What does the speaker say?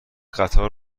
قطار